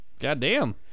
Goddamn